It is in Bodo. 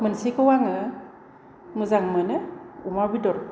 मोनसेखौ आङो मोजां मोनो अमा बेदर